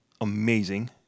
amazing